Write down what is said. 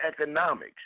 economics